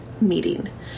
meeting